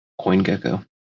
CoinGecko